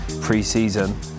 pre-season